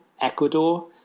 Ecuador